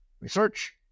research